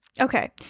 okay